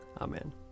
Amen